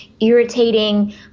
irritating